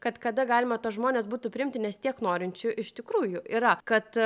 kad kada galima tuos žmones būtų priimti nes tiek norinčių iš tikrųjų yra kad